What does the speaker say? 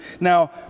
Now